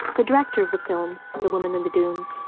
the director of the film the woman in the dunes,